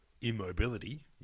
immobility